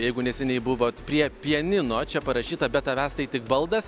jeigu neseniai buvot prie pianino čia parašyta be tavęs tai tik baldas